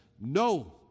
No